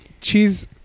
cheese